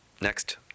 Next